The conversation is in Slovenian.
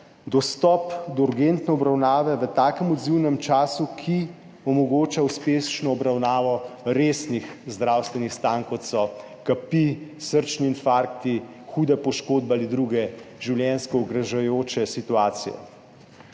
dostop do urgentne obravnave v takem odzivnem času, ki omogoča uspešno obravnavo resnih zdravstvenih stanj, kot so kapi, srčni infarkti, hude poškodbe ali druge življenjsko ogrožajoče situacije.